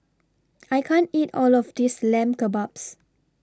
I can't eat All of This Lamb Kebabs